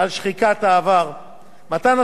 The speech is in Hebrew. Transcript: מתן התוספות לגמלאי שירות הקבע,